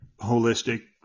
holistic